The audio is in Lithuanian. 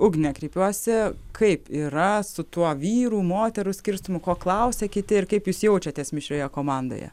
ugnę kreipiuosi kaip yra su tuo vyrų moterų skirstymu ko klausia kiti ir kaip jūs jaučiatės mišrioje komandoje